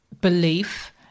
belief